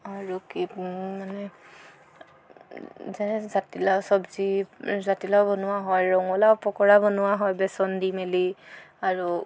আৰু কিবা যেনে জাতিলাউ চবজি জাতিলাউ বনোৱা হয় ৰঙলাউ পকোৰা বনোৱা হয় বেচন দি মেলি আৰু